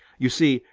you see,